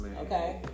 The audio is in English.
okay